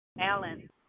Alan